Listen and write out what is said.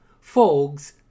Fogs